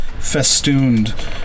festooned